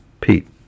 Pete